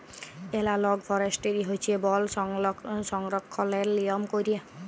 এলালগ ফরেস্টিরি হছে বল সংরক্ষলের লিয়ম ক্যইরে